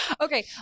okay